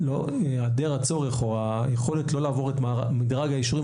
היעדר הצורך או היכולת לא לעבור את מדרג האישורים